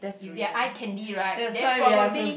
if they are eye candy right then probably